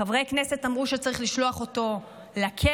חברי כנסת אמרו שצריך לשלוח אותו לכלא.